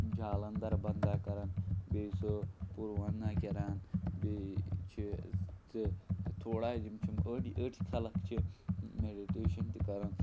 جالَندَر بندا کَران بیٚیہِ سُہ پُروانہ کِران بیٚیہِ چھِ ژِ تھوڑا یِم چھِم أڑۍ أڑۍ خلق چھِ میڈِٹیشَن تہِ کَران